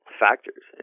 factors